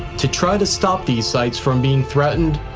to try to stop these sites from being threatened,